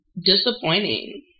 disappointing